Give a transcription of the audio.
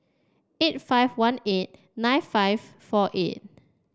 eight five one eight nine five four eight